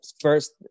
first